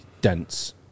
dense